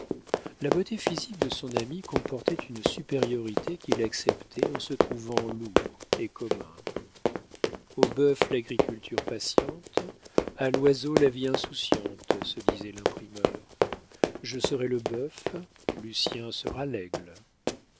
la beauté physique de son ami comportait une supériorité qu'il acceptait en se trouvant lourd et commun au bœuf l'agriculture patiente à l'oiseau la vie insouciante se disait l'imprimeur je serai le bœuf lucien sera l'aigle